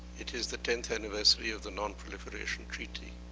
it is the tenth anniversary of the non-proliferation treaty.